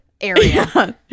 area